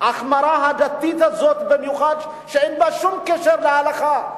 ההחמרה הדתית הזו, במיוחד שאין בה שום קשר להלכה,